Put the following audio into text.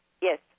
Yes